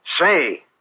Say